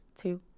two